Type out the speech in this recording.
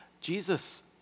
Jesus